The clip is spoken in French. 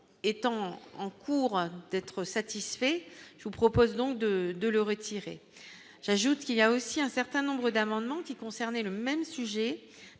étant en cours d'être satisfait, je vous propose donc de de le retirer, j'ajoute qu'il y a aussi un certain nombre d'amendements qui concernait le même sujet,